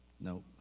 Nope